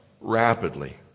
rapidly